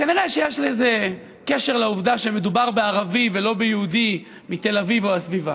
כנראה יש לזה קשר לעובדה שמדובר בערבי ולא ביהודי מתל אביב או הסביבה,